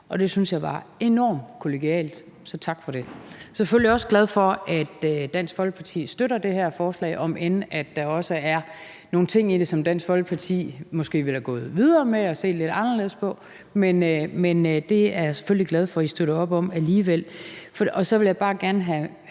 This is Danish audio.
Det synes jeg var enormt kollegialt, så tak for det. Jeg er selvfølgelig også glad for, at Dansk Folkeparti støtter det her forslag, om end der måske er nogle ting i det, som Dansk Folkeparti måske ville have gået videre med og set lidt anderledes på. Men det er jeg selvfølgelig glad for at I støtter op om alligevel. Og så vil jeg bare gerne have